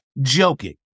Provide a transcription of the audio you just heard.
joking